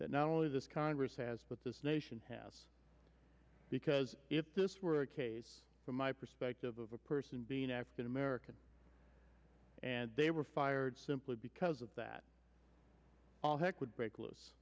that not only this congress has but this nation has because if this were a case from my perspective of a person being african american and they were fired simply because of that all heck would break loose